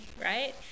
right